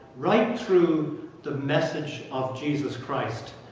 right through the message of jesus christ,